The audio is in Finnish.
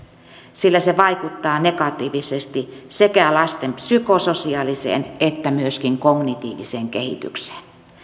sillä se vaikuttaa negatiivisesti sekä lasten psykososiaaliseen että myöskin kognitiiviseen kehitykseen